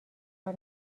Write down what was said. کار